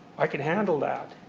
i can handle that.